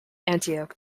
antioch